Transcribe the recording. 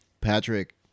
Patrick